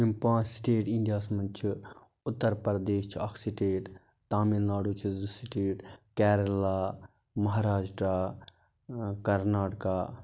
یِم پانٛژھ سٹیٹ اِنڈیاہَس منٛز چھِ اُتر پردیش چھِ اَکھ سٹیٹ تامِل ناڈوٗ چھِ زٕ سٹیٹ کیرلا مہراشٹرا کَرناٹکا